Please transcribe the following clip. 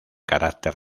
carácter